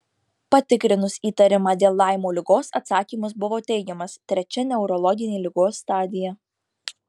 patikrinus įtarimą dėl laimo ligos atsakymas buvo teigiamas trečia neurologinė ligos stadija